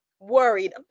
worried